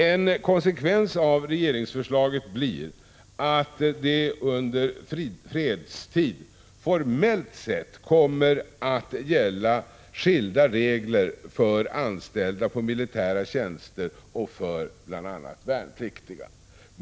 En konsekvens av regeringsförslaget blir att det under fredstid formellt sett kommer att gälla skilda regler för anställda på militära tjänster och för bl.a. värnpliktiga.